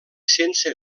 sense